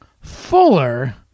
fuller